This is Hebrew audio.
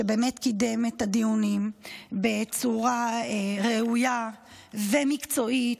שקידם את הדיונים בצורה ראויה ומקצועית,